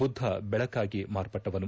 ಬುದ್ಧ ಬೆಳಕಾಗಿ ಮಾರ್ಪಟ್ಟವನು